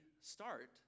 start